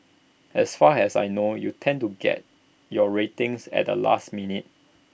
as far as I know you tend to get your ratings at the last minute